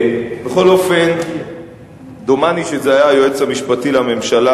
בכל אופן, דומני שזה היה היועץ המשפטי לממשלה,